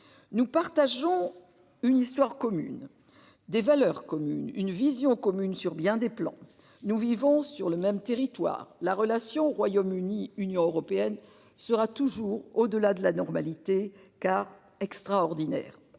Nous partageons une histoire commune. Des valeurs communes, une vision commune sur bien des plans. Nous vivons sur le même territoire la relation Royaume-Uni Union européenne sera toujours au delà de la normalité car extraordinaire